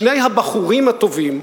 שני הבחורים הטובים,